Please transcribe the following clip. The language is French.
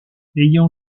ayant